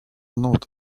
not